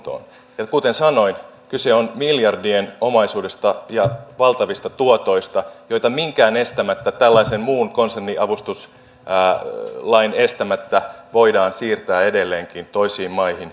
ja kuten sanoin kyse on miljardien omaisuudesta ja valtavista tuotoista joita minkään estämättä tällaisen muun konserniavustuslain estämättä voidaan siirtää edelleenkin toisiin maihin